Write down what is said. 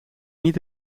niet